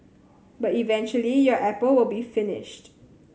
but eventually your apple will be finished